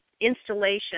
installation